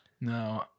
No